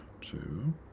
two